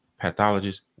pathologist